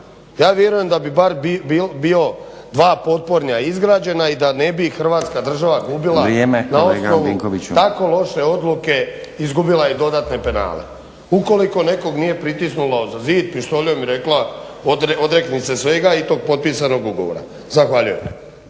ja vjerujem da bi bar bilo dva potpornja izgrađena i da ne bi Hrvatska država gubila na osnovu tako loše odluke izgubila i dodatne penale ukoliko nekog nije pritisnulo uza zid pištoljom i rekla odrekni se svega i tog potpisanog ugovora. Zahvaljujem.